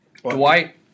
Dwight